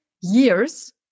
years